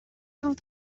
cent